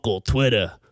Twitter